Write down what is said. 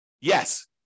Yes